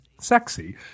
sexy